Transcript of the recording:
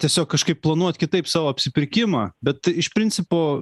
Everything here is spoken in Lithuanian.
tiesiog kažkaip planuot kitaip savo apsipirkimą bet iš principo